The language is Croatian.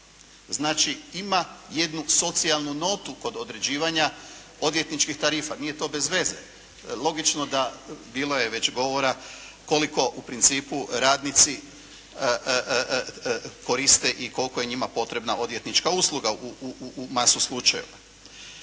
Znači ima jednu socijalnu notu kod određivanja odvjetničkih tarifa. Nije to bez veze. Logično da, bilo je već govora koliko u principu radnici koriste i koliko je njima potrebna odvjetnička usluga u masi slučajeva.